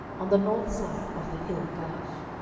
on the north side of the hill gaash.